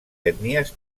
ètnies